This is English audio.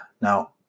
Now